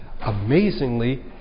amazingly